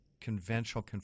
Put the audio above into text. conventional